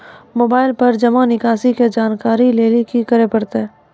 Mobile पर जमा निकासी के जानकरी लेली की करे परतै?